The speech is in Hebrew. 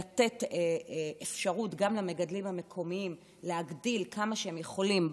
לתת אפשרות גם למגדלים המקומיים להגדיל כמה שהם יכולים.